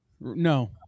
No